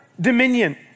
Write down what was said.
dominion